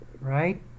right